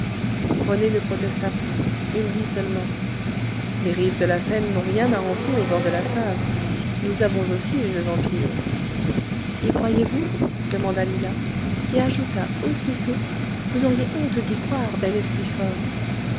rené ne protesta point il dit seulement les rives de la seine n'ont rien à envier aux bords de la save nous avons aussi une vampire y croyez-vous demanda lila qui ajouta aussitôt vous auriez honte d'y croire bel esprit fort